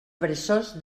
peresós